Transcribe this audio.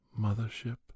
Mothership